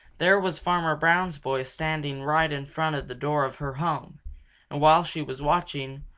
there was farmer brown's boy standing right in front of the door of her home. and while she was watching,